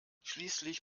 schließlich